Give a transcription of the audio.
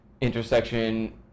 intersection